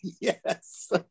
Yes